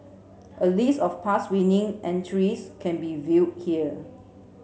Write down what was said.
a list of past winning entries can be viewed here